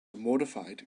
modified